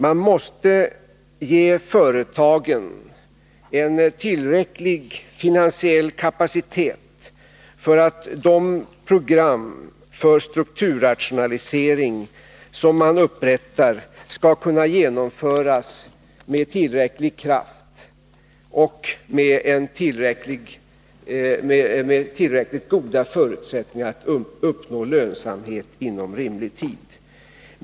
Man måste ge företagen en tillräcklig finansiell kapacitet, för att de program för strukturrationalisering som man upprättar skall kunna genomföras med tillräcklig kraft och med tillräckligt goda förutsättningar att uppnå lönsamhet inom rimlig tid.